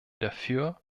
dafür